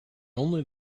only